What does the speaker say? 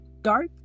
dark